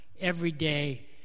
everyday